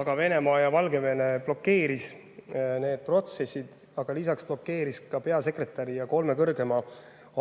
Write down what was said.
aga Venemaa ja Valgevene blokeerisid need protsessid, lisaks blokeerisid nad peasekretäri ja kolme kõrgema